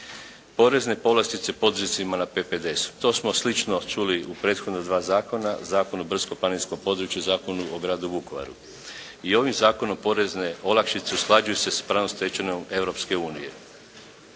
Porezne povlastice poduzetnicima na PPDS-u. To smo slično čuli u prethodna dva zakona; Zakon o brdsko-planinskom području, Zakon o gradu Vukovaru. I ovim zakonom porezne olakšice usklađuju se s pravnom stečevinom